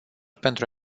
pentru